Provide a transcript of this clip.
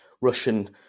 Russian